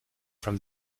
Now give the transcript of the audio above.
from